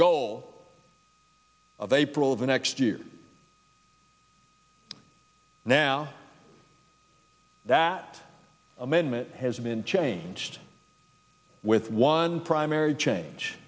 goal of april of the next year now that amendment has been changed with one primary change